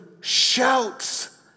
shouts